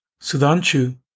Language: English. Sudanchu